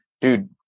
dude